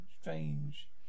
Strange